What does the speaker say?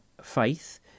faith